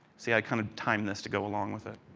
see i kind of timeless to go along with it.